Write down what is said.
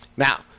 Now